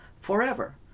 forever